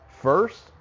first